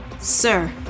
Sir